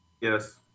Yes